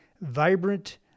Vibrant